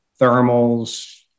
thermals